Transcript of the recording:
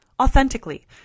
authentically